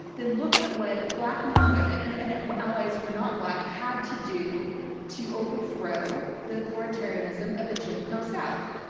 then look at what black men and women and and allies who are not black had to do to overthrow the authoritarianism of the jim crow south.